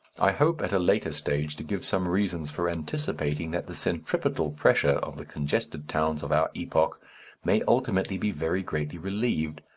i hope at a later stage to give some reasons for anticipating that the centripetal pressure of the congested towns of our epoch may ultimately be very greatly relieved,